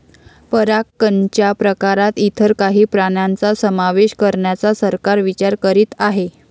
परागकणच्या प्रकारात इतर काही प्राण्यांचा समावेश करण्याचा सरकार विचार करीत आहे